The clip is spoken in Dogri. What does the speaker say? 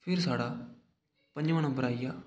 फिर साढ़ा पंजमा नंबर आई गेआ